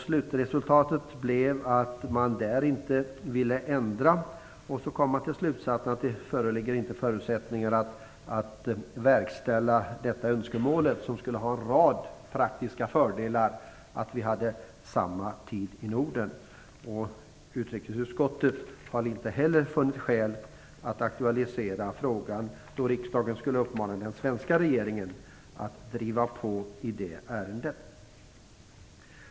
Slutresultatet blev att finländarna inte ville ändra, och så kom man till slutsatsen att det inte föreligger förutsättningar för att verkställa önskemålet. Det skulle ha en rad praktiska fördelar att vi hade samma tid i Norden. Utrikesutskottet har inte heller funnit skäl att aktualisera frågan att riksdagen skulle uppmana den svenska regeringen att driva på i det ärendet.